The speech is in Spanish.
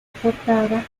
portada